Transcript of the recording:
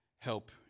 help